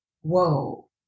Whoa